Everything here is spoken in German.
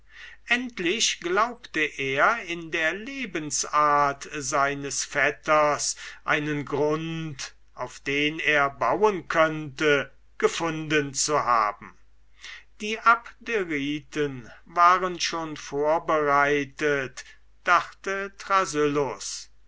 endlich glaubte er in der lebensart des philosophen einen grund auf den er bauen könnte gefunden zu haben die abderiten waren schon vorbereitet dachte